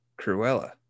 Cruella